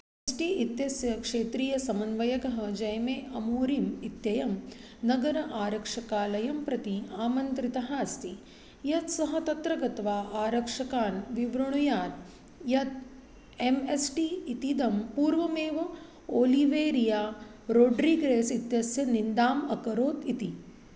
षष्टिः इत्यस्य क्षेत्रीयसमन्वयकः जैमे अमूरिम् इत्ययं नगरस्य आरक्षकालयं प्रति आमन्त्रितः अस्ति यत् सः तत्र गत्वा आरक्षकान् विवृणुयात् यत् एम् एस् टी इतीदं पूर्वमेव ओलिवेरिया रोट्रि क्रेस् इत्यस्य निन्दाम् अकरोत् इति